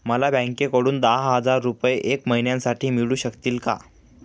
मला बँकेकडून दहा हजार रुपये एक महिन्यांसाठी मिळू शकतील का?